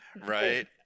right